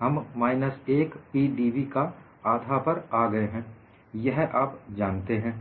हम minus 1 Pdv का आधा पर आ गए हैं यह आप जानते हैं